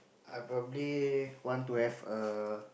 I probably want to have a